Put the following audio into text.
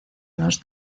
los